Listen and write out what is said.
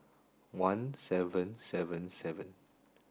one seven seven seven